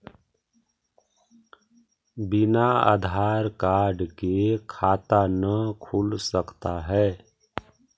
बिना आधार कार्ड के खाता न खुल सकता है?